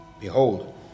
Behold